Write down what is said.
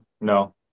no